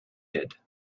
did